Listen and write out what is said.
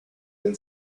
been